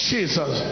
Jesus